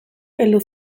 heldu